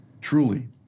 truly